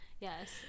yes